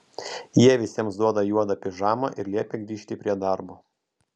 jie visiems duoda juodą pižamą ir liepia grįžt prie darbo